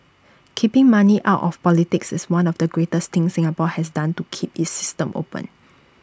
keeping money out of politics is one of the greatest things Singapore has done to keep its system open